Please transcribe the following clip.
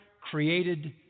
created